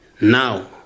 Now